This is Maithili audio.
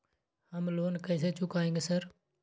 हम लोन कैसे चुकाएंगे सर?